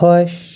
خۄش